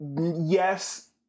yes